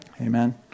Amen